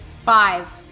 Five